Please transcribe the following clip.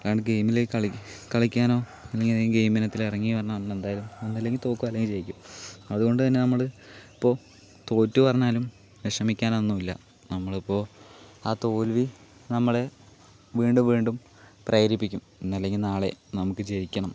കാരണം ഗെയിമിൽ കളി കളിക്കാനോ അല്ലെങ്കിൽ ഏതെങ്കിലും ഗെയിം ഇനത്തിൽ ഇറങ്ങി പറഞ്ഞാൽ അന്ന് എന്തായാലും ഒന്നുല്ലെങ്കിൽ തോക്കും അല്ലെങ്കിൽ ജയിക്കും അതുകൊണ്ടുതന്നെ നമ്മൾ ഇപ്പോൾ തോറ്റു പറഞ്ഞാലും വിഷമിക്കാൻ ഒന്നുമില്ല നമ്മളിപ്പോൾ ആ തോൽവി നമ്മളെ വീണ്ടും വീണ്ടും പ്രേരിപ്പിക്കും ഇന്നല്ലെങ്കിൽ നാളെ നമുക്ക് ജയിക്കണം